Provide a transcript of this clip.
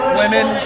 women